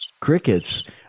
crickets